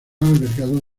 albergado